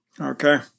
Okay